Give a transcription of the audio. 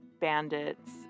bandits